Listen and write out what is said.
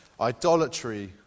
idolatry